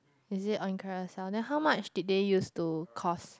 is it on Carousell then how much did they use to cost